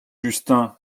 justin